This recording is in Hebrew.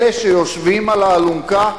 אלה שיושבים על האלונקה,